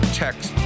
text